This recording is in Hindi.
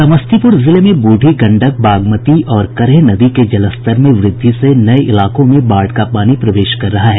समस्तीपुर जिले में बूढ़ी गंडक बागमती और करेह नदी के जलस्तर में वृद्धि से नये इलाकों में बाढ़ का पानी प्रवेश कर रहा है